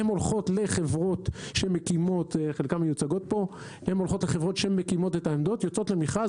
הן הולכות לחברות שמקימות את העמדות חלקן מיוצגות פה יוצאות למכרז,